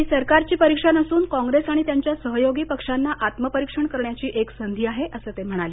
ही सरकारची परीक्षा नसून कॉग्रेस आणि त्यांच्या सहयोगी पक्षांना आत्मपरीक्षण करण्याची एक संधी आहे असं ते म्हणाले